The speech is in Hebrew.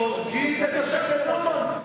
הורגים את התקנון.